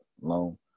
loan